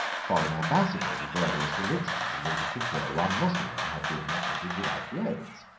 foreign ambassadors of various religions, and in particular one mussulman, had been admitted without the oaths.